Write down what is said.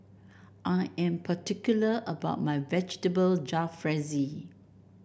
I am particular about my Vegetable Jalfrezi